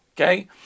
okay